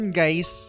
guys